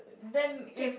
can